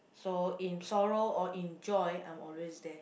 so in sorrow or in joy I'm always there